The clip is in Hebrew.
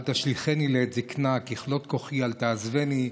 "אל תשליכני לעת זקנה ככלות כֹחי אל תעזבני",